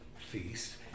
feast